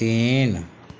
तीन